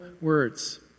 words